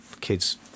kids